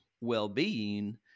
well-being